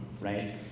right